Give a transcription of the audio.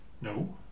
No